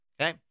Okay